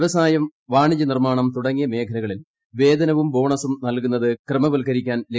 വ്യവസായം വാണിജ്ച്ച്ച്മിർമ്മാണം തുടങ്ങിയ മേഖലകളിൽ വേതനവും ബോണസും നല്കുന്നത് ക്രമവൽക്കരിക്കാൻ നിയമം